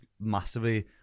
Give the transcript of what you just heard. massively